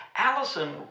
Allison